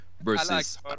versus